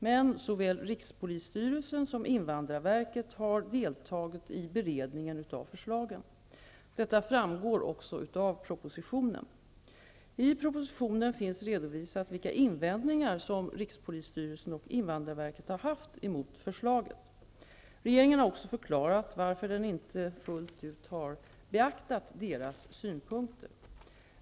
Men såväl rikspolisstyrelsen som invandrarverket har deltagit i beredningen av förslagen. Detta framgår också av propositionen. I propositionen finns redovisat vilka invändningar som rikspolisstyrelsen och invandrarverket har haft mot förslaget. Regeringen har också förklarat varför den inte fullt ut har beaktat deras synpunkter.